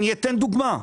אני אתן דוגמה.